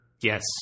Yes